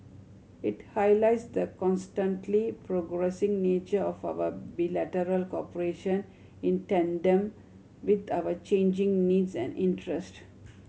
it highlights the constantly progressing nature of our bilateral cooperation in tandem with our changing needs and interest